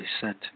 sent